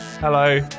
Hello